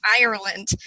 Ireland